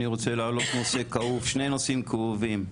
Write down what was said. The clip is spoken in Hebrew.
אני רוצה להעלות שני נושאים כאובים,